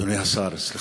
אדוני השר, סליחה.